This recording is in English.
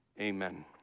Amen